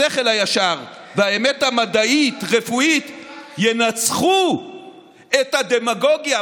השכל הישר והאמת המדעית-רפואית ינצחו את הדמגוגיה.